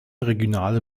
regionale